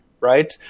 right